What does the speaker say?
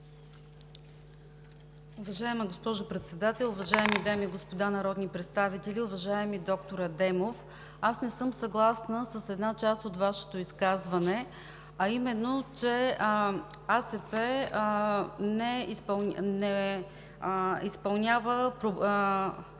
Уважаема госпожо Председател, уважаеми дами и господа народни представители! Уважаеми доктор Адемов, не съм съгласна с една част от Вашето изказване, а именно, че АСП не изпълнява програми